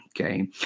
Okay